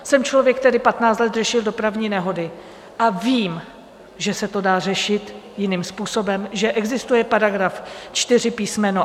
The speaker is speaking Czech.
Jsem člověk, který 15 let řešil dopravní nehody, a vím, že se to dá řešit jiným způsobem, že existuje § 4 písm.